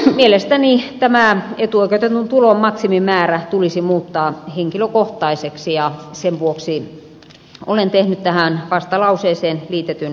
mielestäni tämä etuoikeutetun tulon maksimimäärä tulisi muuttaa henkilökohtaiseksi ja sen vuoksi olen tehnyt tähän vastalauseeseen liitetyn ponnen